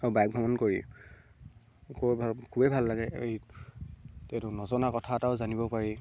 আৰু বাইক ভ্ৰমণ কৰি খুবেই ভাল লাগে এইটো নজনা কথা এটাও জানিব পাৰি